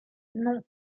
non